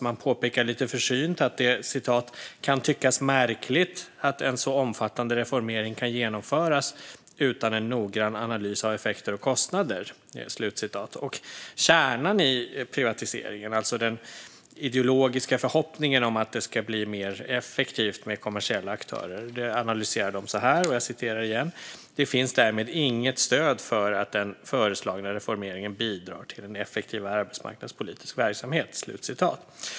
Man påpekar lite försynt att det "kan tyckas märkligt att en så omfattande reformering kan genomföras utan en noggrann analys av effekter och kostnader". Kärnan i privatiseringen, alltså den ideologiska förhoppningen om att det ska bli mer effektivt med kommersiella aktörer analyserar de så här: "Det finns därmed inget stöd för att den föreslagna reformeringen bidrar till en effektivare arbetsmarknadspolitisk verksamhet."